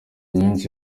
nyinshi